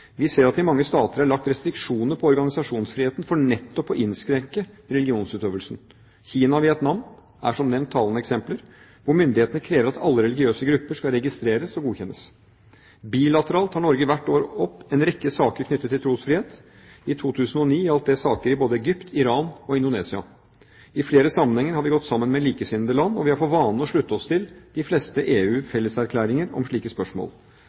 Vi ser at det i mange stater er lagt restriksjoner på organisasjonsfrihetene for nettopp å innskrenke religionsutøvelsen. Kina og Vietnam er som nevnt talende eksempler, hvor myndighetene krever at alle religiøse grupper skal registreres og godkjennes. Bilateralt tar Norge hvert år opp en rekke saker knyttet til trosfrihet. I 2009 gjaldt det saker både i Egypt, Iran og Indonesia. I flere sammenhenger har vi gått sammen med likesinnede land, og vi har for vane å slutte oss til de fleste av EUs felleserklæringer om slike spørsmål.